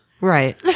Right